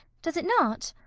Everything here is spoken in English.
does it not?